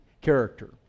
character